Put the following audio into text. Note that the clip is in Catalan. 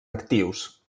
actius